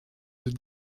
des